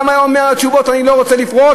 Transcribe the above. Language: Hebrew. גם הוא היה אומר בתשובות: אני לא רוצה לפרוץ?